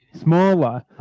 smaller